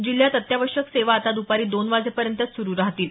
जिल्ह्यात अत्यावश्यक सेवा आता दुपारी दोन वाजेपर्यंतच सुरु राहतील